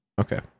okay